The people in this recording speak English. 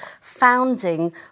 founding